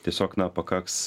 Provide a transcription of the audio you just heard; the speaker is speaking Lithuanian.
tiesiog na pakaks